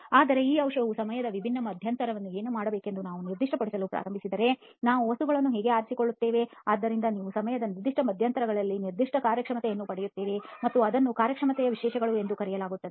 ಆದರೆ ಈ ಔಷಧಿಯು ಸಮಯದ ವಿಭಿನ್ನ ಮಧ್ಯಂತರದಲ್ಲಿ ಏನು ಮಾಡಬೇಕೆಂದು ನಾವು ನಿರ್ದಿಷ್ಟಪಡಿಸಲು ಪ್ರಾರಂಭಿಸಿದರೆ ನಾವು ವಸ್ತುಗಳನ್ನು ಹೇಗೆ ಆರಿಸಿಕೊಳ್ಳುತ್ತೇವೆ ಆದ್ದರಿಂದ ನೀವು ಸಮಯದ ನಿರ್ದಿಷ್ಟ ಮಧ್ಯಂತರಗಳಲ್ಲಿ ನಿರ್ದಿಷ್ಟ ಕಾರ್ಯಕ್ಷಮತೆಯನ್ನು ಪಡೆಯುತ್ತೀರಿ ಮತ್ತು ಅದನ್ನು ಕಾರ್ಯಕ್ಷಮತೆಯ ವಿಶೇಷಣಗಳು ಎಂದು ಕರೆಯಲಾಗುತ್ತದೆ